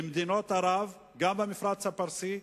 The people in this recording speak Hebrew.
למדינות ערב, גם למפרץ הפרסי,